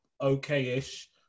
okay-ish